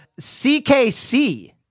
CKC